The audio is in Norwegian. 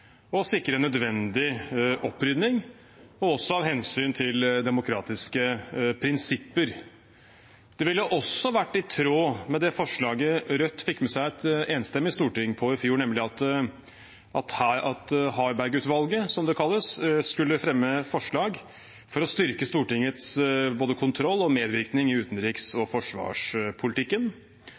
og sikre nødvendig opprydning, og også av hensyn til demokratiske prinsipper. Det ville også vært i tråd med det forslaget Rødt fikk med seg et enstemmig storting på i fjor, nemlig at Harberg-utvalget, som det kalles, skulle fremme et forslag for både å styrke Stortingets kontroll og medvirkning i utenriks- og forsvarspolitikken.